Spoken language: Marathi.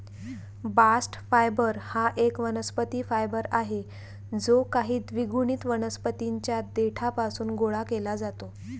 बास्ट फायबर हा एक वनस्पती फायबर आहे जो काही द्विगुणित वनस्पतीं च्या देठापासून गोळा केला जातो